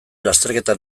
lasterketa